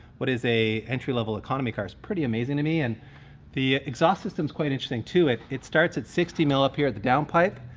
what is a entry level economy car, is pretty amazing to me. and the exhaust system's quite interesting, too. it it starts at sixty mil up here at the downpipe,